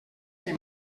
que